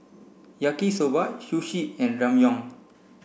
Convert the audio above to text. Yaki Soba Sushi and Ramyeon